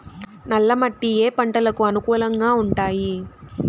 నల్ల మట్టి ఏ ఏ పంటలకు అనుకూలంగా ఉంటాయి?